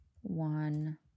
one